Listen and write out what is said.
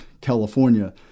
California